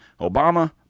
Obama